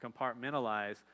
compartmentalize